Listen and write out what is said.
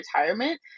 retirement